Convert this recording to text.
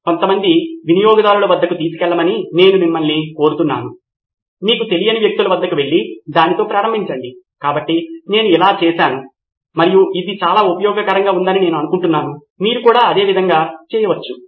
కానీ నా ప్రాథమికమైన అంశం ఏమిటంటే నా ప్రాథమిక ఆశించిన ఫలితాలు నెరవేరుతున్నాయా లేదా అనే విషయాన్ని మనము తిరిగి తనిఖీ చేస్తూనే ఉన్నాము మరియు ఇప్పుడు మనకు పట్టిక దిగువన టన్నుల కొద్దీ లక్షణాలు ఉన్నాయి ఇక్కడ వ్యవస్థకు ప్రాథమికమైన కొన్ని లక్షణాలు ఉన్నాయి కొన్ని చివరన ఉన్నాయి వర్గీకరణ విధానం చివరలో ఉన్నట్లుగా నిరంతర మూల్యాంకన వ్యవస్థ చివరలో ఉంటుంది